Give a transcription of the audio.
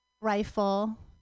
rifle